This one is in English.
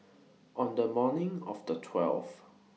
on The morning of The twelfth